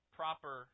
proper